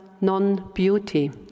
non-beauty